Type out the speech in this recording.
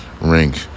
rink